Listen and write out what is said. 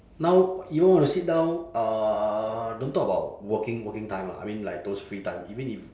now even want to sit down uh don't talk about working working time lah I mean like those free time even if